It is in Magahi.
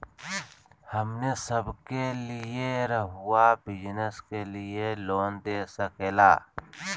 हमने सब के लिए रहुआ बिजनेस के लिए लोन दे सके ला?